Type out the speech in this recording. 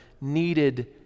needed